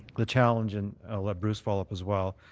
the challenge, and i'll let bruce follow up as well,